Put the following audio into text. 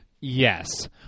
Yes